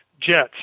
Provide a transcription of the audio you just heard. jets